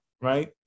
right